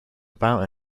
about